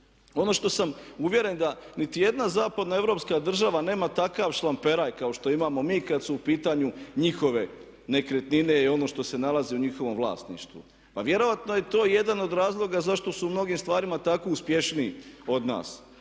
Ono što sam uvjeren da niti jedna zapadno europska država nema takav šlamperaj kao što imamo mi kada su u pitanju njihove nekretnine i ono što se nalazi u njihovom vlasništvu. Pa vjerojatno je to jedan od razloga zašto su u mnogim stvarima tako uspješniji od nas